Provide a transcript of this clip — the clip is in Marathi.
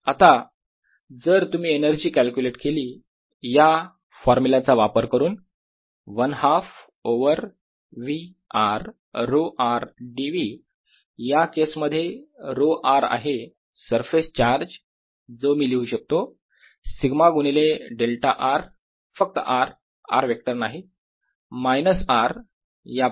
आता जर तुम्ही एनर्जी कॅल्क्युलेट केली या फॉर्मुला चा वापर करून 1 half over V r ρ r dV या केस मध्ये ρ r आहे सरफेस चार्ज जो मी लिहू शकतो सिग्मा गुणिले डेल्टा r - फक्त r r वेक्टर नाही - मायनस R याप्रमाणे